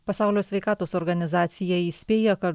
pasaulio sveikatos organizacija įspėja kad